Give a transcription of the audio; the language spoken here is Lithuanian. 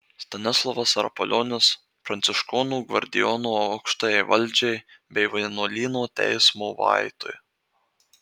stanislovas rapolionis pranciškonų gvardijono aukštajai valdžiai bei vienuolyno teismo vaitui